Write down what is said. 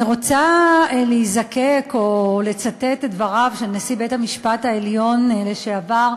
אני רוצה להיזקק או לצטט את דבריו של נשיא בית-המשפט העליון לשעבר,